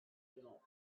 built